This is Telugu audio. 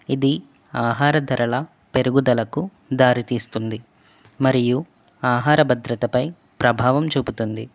ఇది ఆహార ధరల పెరుగుదలకు దారితీస్తుంది మరియు ఆహార భద్రతపై ప్రభావం చూపుతుంది